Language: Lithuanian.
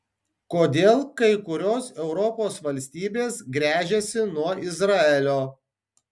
kodėl kai kurios europos valstybės gręžiasi nuo izraelio